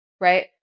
right